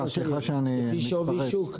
לפי שווי שוק.